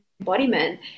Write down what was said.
embodiment